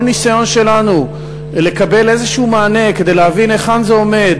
כל ניסיון שלנו לקבל איזשהו מענה כדי להבין היכן זה עומד,